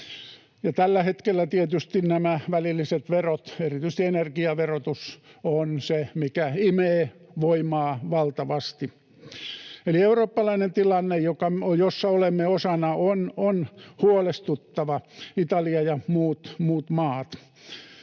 tällä hetkellä tietysti nämä välilliset verot, erityisesti energiaverotus, ovat se, mikä imee voimaa valtavasti. Eli eurooppalainen tilanne, jossa olemme osana, on huolestuttava, Italia ja muut maat.